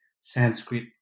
Sanskrit